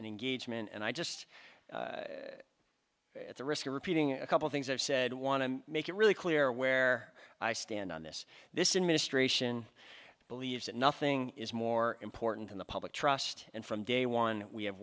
engagement and i just at the risk of repeating a couple things i've said want to make it really clear where i stand on this this in ministration believes that nothing is more important than the public trust and from day one we have